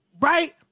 right